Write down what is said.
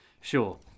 sure